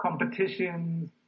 competitions